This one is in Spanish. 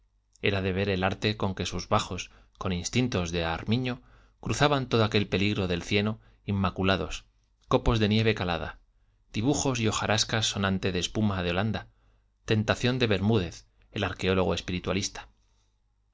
era de ver el arte con que sus bajos con instintos de armiño cruzaban todo aquel peligro del cieno inmaculados copos de nieve calada dibujos y hojarasca sonante de espuma de holanda tentación de bermúdez el arqueólogo espiritualista